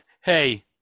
hey